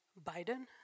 Biden